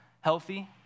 healthy